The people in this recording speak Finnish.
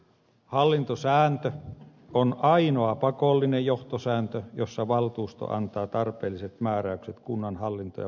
hallintosääntö on ainoa pakollinen johtosääntö jossa valtuusto antaa tarpeelliset määräykset kunnan hallinto ja päätöksentekomenettelystä